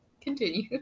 Continue